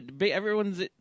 everyone's